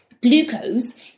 Glucose